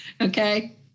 okay